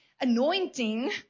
anointing